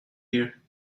here